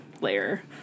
layer